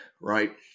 right